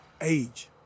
Age